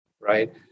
right